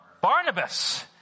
Barnabas